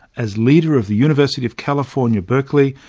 as leader of the university of california berkeley,